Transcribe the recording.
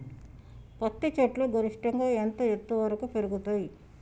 పత్తి చెట్లు గరిష్టంగా ఎంత ఎత్తు వరకు పెరుగుతయ్?